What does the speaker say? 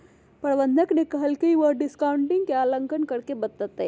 प्रबंधक ने कहल कई की वह डिस्काउंटिंग के आंकलन करके बतय तय